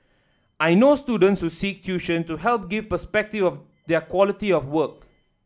I know students who seek tuition to help give perspective of their quality of work